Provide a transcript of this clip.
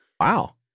Wow